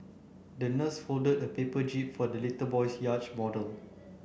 the nurse folded a paper jib for the little boy's yacht model